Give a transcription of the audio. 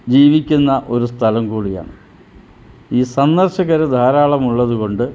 ജീവിക്കുന്ന ഒരു സ്ഥലം കൂടിയാണ് ഈ സന്ദർശകർ ധാരാളമുള്ളത് കൊണ്ട്